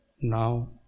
now